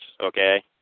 okay